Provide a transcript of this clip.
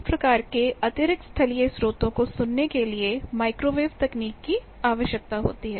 इस प्रकार के अतिरिक्त स्थलीय स्रोतों को सुनने के लिए माइक्रोवेव तकनीक की आवश्यकता होती है